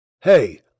Hey